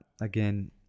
Again